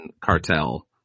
Cartel